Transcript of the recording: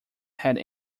had